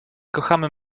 kochamy